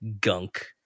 gunk